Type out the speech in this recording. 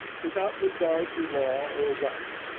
without regard to law or right,